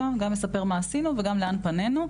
גם אספר מה עשינו וגם לאן פנינו,